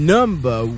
Number